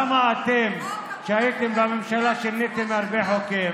למה אתם, שהייתם בממשלה, שיניתם הרבה חוקים?